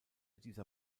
dieser